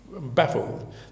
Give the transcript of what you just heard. baffled